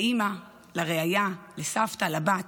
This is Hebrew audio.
לאימא, לרעיה, לסבתא, לבת.